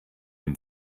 dem